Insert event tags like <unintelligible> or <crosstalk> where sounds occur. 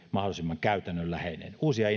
mahdollisimman käytännönläheinen uusia <unintelligible>